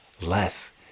less